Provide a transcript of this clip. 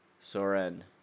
Soren